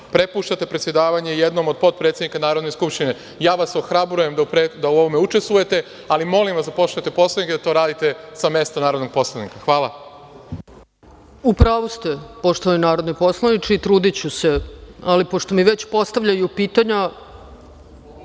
prepuštate predsedavanje jednom od potpredsednika Narodne skupštine. Ja vas ohrabrujem da u ovome učestvujete, ali molim vas da poštujete Poslovnik, i da to radite sa mesta narodnog poslanika. Hvala. **Ana Brnabić** U pravu ste, poštovani narodni poslaniče i trudiću se, ali pošto mi već postavljaju pitanja...(Radomir